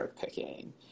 picking